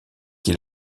qui